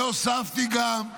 והוספתי גם,